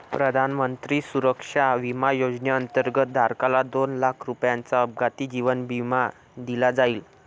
प्रधानमंत्री सुरक्षा विमा योजनेअंतर्गत, धारकाला दोन लाख रुपयांचा अपघाती जीवन विमा दिला जाईल